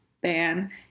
ban